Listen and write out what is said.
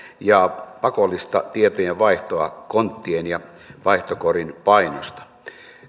ja pakollista tietojenvaihtoa konttien ja vaihtokorin painosta